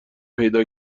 پیدا